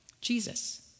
Jesus